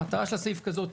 המטרה של הסעיף היא כזאת,